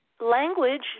language